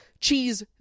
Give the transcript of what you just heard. cheese